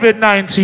COVID-19